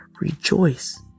Rejoice